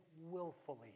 willfully